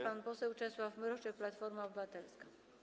Pan poseł Czesław Mroczek, Platforma Obywatelska.